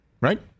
Right